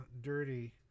dirty